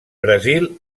brasil